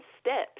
steps